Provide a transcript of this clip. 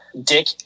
dick